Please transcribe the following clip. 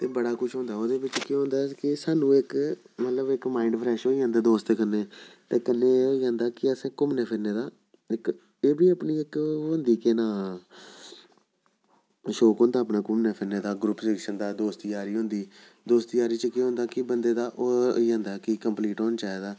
ते बड़ा कुछ होंदे ओह्दे बिच्च केह् होंदा कि सानूं इक मतलब इक मांइड फ्रैश होई जंदा दोस्तें कन्नै ते कन्नै केह् होई जंदा कि असें घुृूमने फिरने दा इक एह् बी अपनी इक होंदी केह् नांऽ शौंक होंदा अपने घूमने फिरने दा ग्रुप दोस्ती जारी होंदी दोस्ती जारी च केह् होंदा कि बंदे दा ओह् होई जंदा कि कंप्लीट होई जंदा